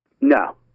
No